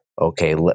Okay